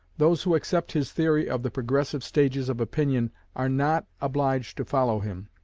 those who accept his theory of the progressive stages of opinion are not obliged to follow him.